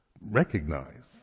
recognize